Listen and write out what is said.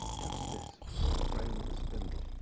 just this big frame, with a spindle.